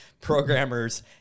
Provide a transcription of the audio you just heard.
programmers